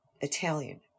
Italian